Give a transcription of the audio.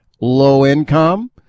low-income